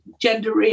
gender